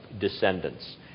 descendants